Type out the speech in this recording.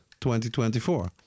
2024